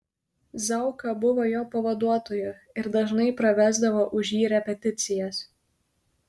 zauka buvo jo pavaduotoju ir dažnai pravesdavo už jį repeticijas